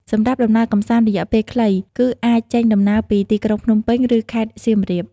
សម្រាប់ដំណើរកម្សាន្តរយៈពេលខ្លី គឺអាចចេញដំណើរពីទីក្រុងភ្នំពេញ ឬខេត្តសៀមរាប។